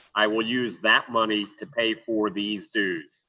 i will use that money to pay for these dues.